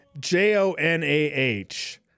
j-o-n-a-h